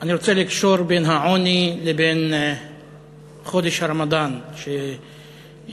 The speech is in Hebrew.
אני רוצה לקשור בין העוני לבין חודש הרמדאן שיגיע